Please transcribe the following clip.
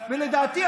ולדעתי,